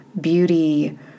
beauty